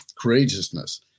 courageousness